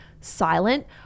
silent